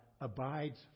abides